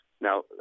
Now